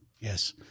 Yes